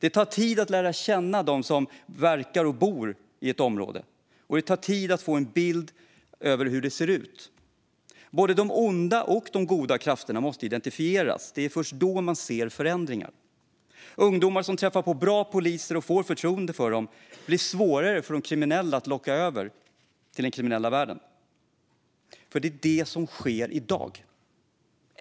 Det tar tid att lära känna dem som bor och verkar i ett område, och det tar tid att få en bild av hur det ser ut. Både de onda och de goda krafterna måste identifieras - det är först då man ser förändringar. Ungdomar som träffar på bra poliser och får förtroende för dem blir svårare för kriminella att locka över till den kriminella världen. Det är nämligen det som sker i dag.